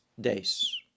days